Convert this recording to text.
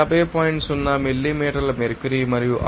0 millimetre mercury మరియు 607